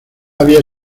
había